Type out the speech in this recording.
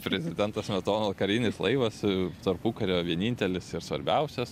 prezidentas smetona karinis laivas su tarpukario vienintelis ir svarbiausias